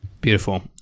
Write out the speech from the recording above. Beautiful